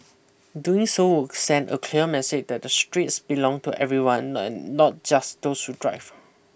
doing so walk send a clear message that the stress belong to everyone and not just those who drive